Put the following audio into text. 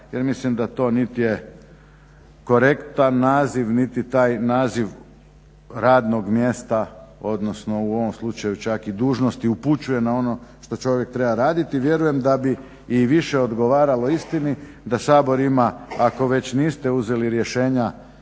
Jer mislim da to niti je korektan naziv niti taj naziv radnog mjesta odnosno u ovom slučaju čak i dužnosti upućuje na ono što čovjek treba raditi. Vjerujem da bi i više odgovaralo istini da Sabor ima ako već niste uzeli rješenja